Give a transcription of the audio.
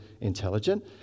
intelligent